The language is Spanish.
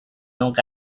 long